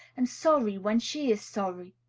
and sorry when she is sorry.